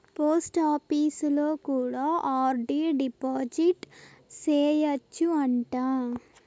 పోస్టాపీసులో కూడా RD deposit సేయచ్చు అంట